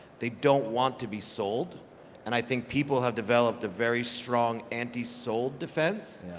they don't want to be sold and i think people have developed a very strong anti sold defense.